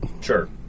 Sure